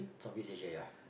South East Asia ya